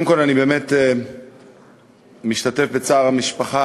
קודם כול, אני באמת משתתף בצער המשפחה